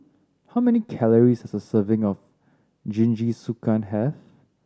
how many calories does a serving of Jingisukan have